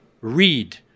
read